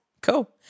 Cool